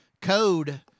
code